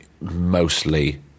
mostly